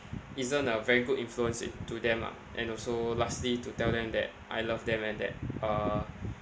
isn't a very good influence if to them lah and also lastly to tell them that I love them and that uh